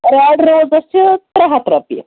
red roses چھِ ترٛےٛ ہتھ رۄپیہِ